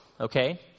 okay